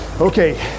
Okay